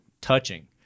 touching